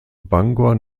bangor